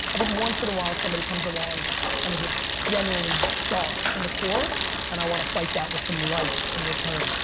i think once in a while somebody comes along and is just genuinely dark in the core and i want to fight that was some light in return.